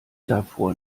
davor